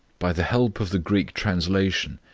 by the help of the greek translation,